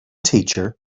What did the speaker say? teacher